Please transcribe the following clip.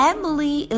Emily